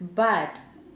but